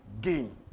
gain